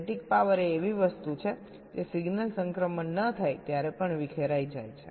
static power એ એવી વસ્તુ છે જે સિગ્નલ સંક્રમણ ન થાય ત્યારે પણ વિખેરાઈ જાય છે